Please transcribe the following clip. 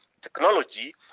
technology